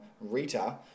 Rita